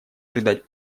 придать